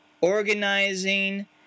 organizing